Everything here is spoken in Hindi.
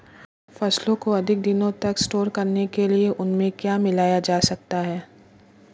फसलों को अधिक दिनों तक स्टोर करने के लिए उनमें क्या मिलाया जा सकता है?